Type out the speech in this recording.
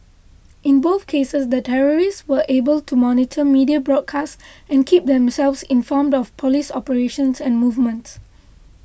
in both cases the terrorists were able to monitor media broadcasts and keep themselves informed of police operations and movements